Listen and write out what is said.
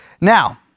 Now